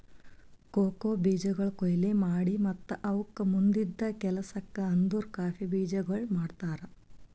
cocoa ಬೀಜಗೊಳ್ ಕೊಯ್ಲಿ ಮಾಡಿ ಮತ್ತ ಅವುಕ್ ಮುಂದಿಂದು ಕೆಲಸಕ್ ಅಂದುರ್ ಕಾಫಿ ಬೀಜಗೊಳ್ ಮಾಡ್ತಾರ್